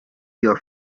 your